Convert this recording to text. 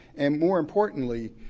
and more importantly,